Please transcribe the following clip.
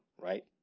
right